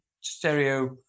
stereo